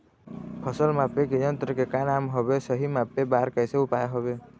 फसल मापे के यन्त्र के का नाम हवे, सही मापे बार कैसे उपाय हवे?